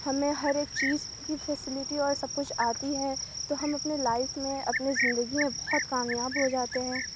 ہمیں ہر ایک چیز کی فیسلٹی اور سب کچھ آتی ہے تو ہم اپنے لائف میں اپنے زندگی میں بہت کامیاب ہو جاتے ہیں